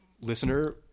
listener